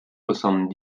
soixante